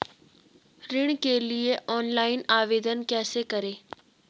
ऋण के लिए ऑनलाइन आवेदन कैसे करें?